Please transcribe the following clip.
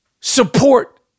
support